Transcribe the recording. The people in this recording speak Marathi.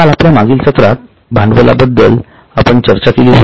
काल आपल्या मागील सत्रात भांडवलाबद्दल चर्चा केली होती